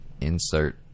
insert